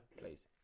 Please